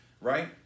right